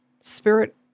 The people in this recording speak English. spirit